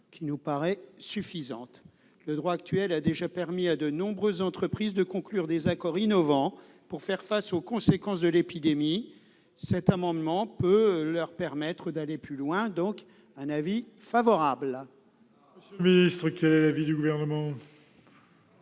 qui nous paraît suffisante. Le droit actuel a déjà permis à de nombreuses entreprises de conclure des accords innovants pour faire face aux conséquences de l'épidémie. Cet amendement peut leur permettre d'aller plus loin. L'avis est donc favorable.